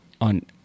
on